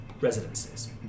residences